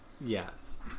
Yes